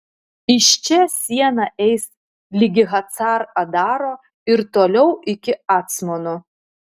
iš čia siena eis ligi hacar adaro ir toliau iki acmono